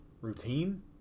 routine